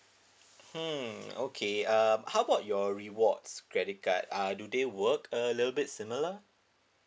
hmm okay um how about your rewards credit card uh do they work a little bit similar